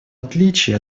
отличие